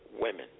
women